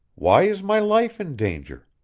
why is my life in danger?